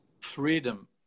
Freedom